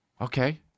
okay